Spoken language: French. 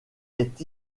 est